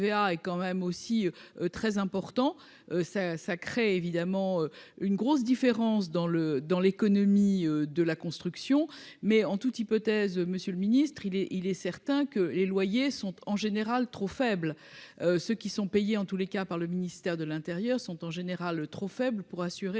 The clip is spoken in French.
est quand même aussi très important, ça, ça crée évidemment une grosse différence dans le dans l'économie de la construction, mais en toute hypothèse, monsieur le ministre il est, il est certain que les loyers sont en général trop faible, ceux qui sont payés en tous les cas, par le ministère de l'Intérieur, sont en général trop faible pour assurer